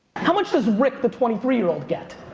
how much does rick, the twenty three year old get?